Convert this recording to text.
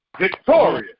Victorious